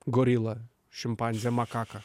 gorilą šimpanzę makaką